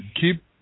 keep